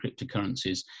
cryptocurrencies